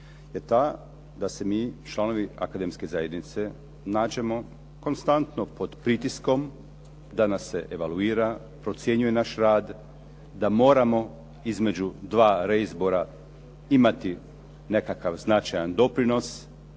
Ta da se mi članovi akademske zajednice nađemo konstantno pod pritiskom da nas se evaluira, procjenjuje naš rad, da moramo između dva reizbora imati nekakav značajan doprinos